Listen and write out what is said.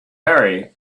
harry